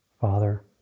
Father